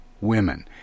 Women